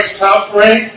suffering